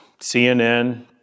CNN